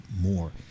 more